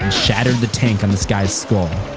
shattered the tank on this guy's skull.